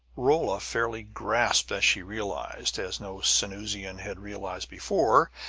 rolla fairly gasped as she realized, as no sanusian had realized before,